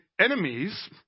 enemies